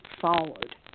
forward